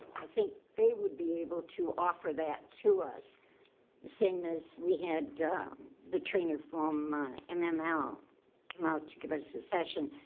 i think they would be able to offer that to us. the same as we had the trainer from my and my mml come out to give us a session.